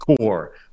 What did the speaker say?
core